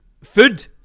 food